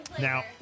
Now